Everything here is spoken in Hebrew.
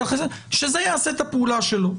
שזה יעשה את הפעולה שלו.